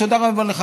תודה רבה לך,